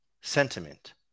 sentiment